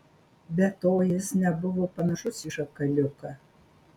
be to jis nebuvo panašus į šakaliuką